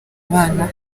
abana